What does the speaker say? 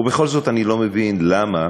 ובכל זאת, אני לא מבין למה